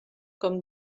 com